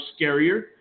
scarier